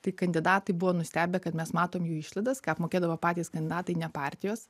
tai kandidatai buvo nustebę kad mes matom jų išlaidas apmokėdavo patys kandidatai ne partijos